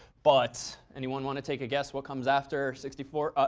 but anyone want to take a guess what comes after sixty four ah,